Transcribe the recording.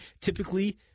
typically